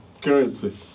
currency